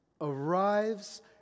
arrives